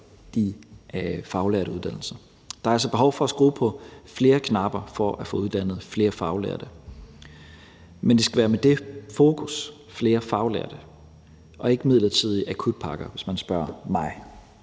på de faglærte uddannelser. Der er altså behov for at skrue på flere knapper for at få uddannet flere faglærte, men det skal være med dét fokus, altså at få flere faglærte, og ikke midlertidige akutpakker, hvis man spørger mig.